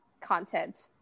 content